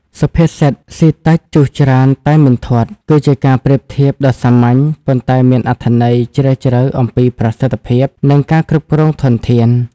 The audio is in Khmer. សុភាសិត "ស៊ីតិច ជុះច្រើនតែងមិនធាត់" គឺជាការប្រៀបធៀបដ៏សាមញ្ញ ប៉ុន្តែមានអត្ថន័យជ្រាលជ្រៅអំពីប្រសិទ្ធភាព និងការគ្រប់គ្រងធនធាន។